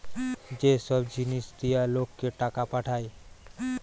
যে সব জিনিস দিয়া লোককে টাকা পাঠায়